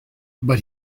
but